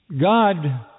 God